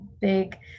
big